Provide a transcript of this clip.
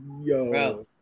Yo